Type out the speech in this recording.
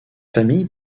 famille